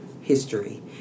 history